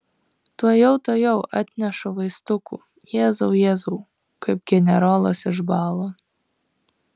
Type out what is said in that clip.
tuojau tuojau atnešu vaistukų jėzau jėzau kaip generolas išbalo